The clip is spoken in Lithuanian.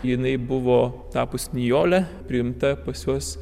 jinai buvo tapusi nijole priimta pas juos